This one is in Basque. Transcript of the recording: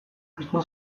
pizten